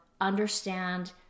understand